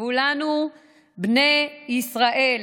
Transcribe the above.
כולנו בני ישראל.